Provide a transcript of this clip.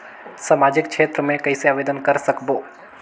समाजिक क्षेत्र मे कइसे आवेदन कर सकबो?